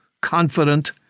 confident